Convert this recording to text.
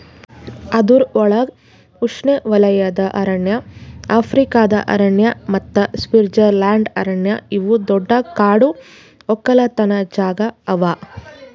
ಅದುರ್ ಒಳಗ್ ಉಷ್ಣೆವಲಯದ ಅರಣ್ಯ, ಆಫ್ರಿಕಾದ ಅರಣ್ಯ ಮತ್ತ ಸ್ವಿಟ್ಜರ್ಲೆಂಡ್ ಅರಣ್ಯ ಇವು ದೊಡ್ಡ ಕಾಡು ಒಕ್ಕಲತನ ಜಾಗಾ ಅವಾ